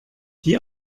die